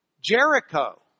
Jericho